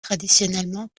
traditionnellement